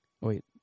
Wait